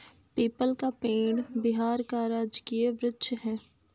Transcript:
people का पेड़ बिहार का राजकीय वृक्ष है